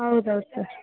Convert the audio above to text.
ಹೌದು ಹೌದು ಸರ್